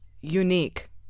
unique